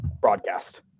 broadcast